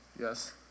Yes